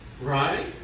Right